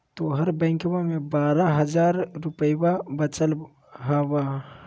तोहर बैंकवा मे बारह हज़ार रूपयवा वचल हवब